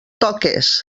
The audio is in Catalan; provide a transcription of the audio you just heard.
toques